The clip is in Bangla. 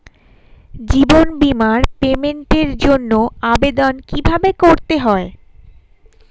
জীবন বীমার পেমেন্টের জন্য আবেদন কিভাবে করতে হয়?